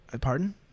Pardon